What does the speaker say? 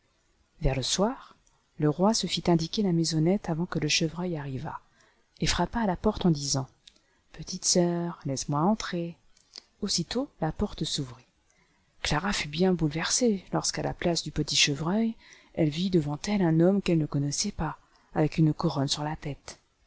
yer le soir le roi se fit indiquer la maisonnette avant'que le chevreuil arrivât et frappa à la porte en disant petite sœur laisse-moi entrer aussitôt la porte s'ouvrit clara lut bien bouleversée lorsqu'à la place du petit chevreuil elle vit devant elle un homme qu'elle ne connaissait pas avec une couronne sur la tète